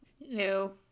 No